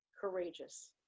courageous